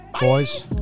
Boys